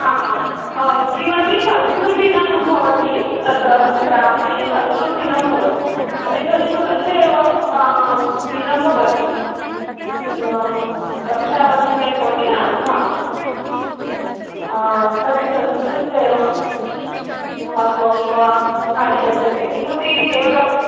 आम् आं किमस्ति संस्कृतदिनं भवति तत्र ग्रामे संस्कृतदिनं भवति तर्हि संस्कृतस्य एव दिनं भवति रक्षाबन्धने भवति न हा तर्हि संस्कृतस्य एव महत्त्वं वा कालिदासस्य किमपि एकम्